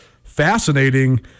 fascinating